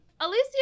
Alicia